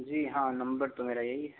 जी हाँ नंबर तो मेरा यही है